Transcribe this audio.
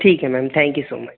ठीक है ma'am thank you so much